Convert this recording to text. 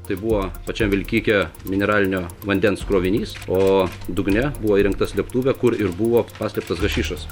tai buvo pačiam vilkike mineralinio vandens krovinys o dugne buvo įrengta slėptuvė kur ir buvo paslėptas hašišas